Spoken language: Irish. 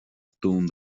dún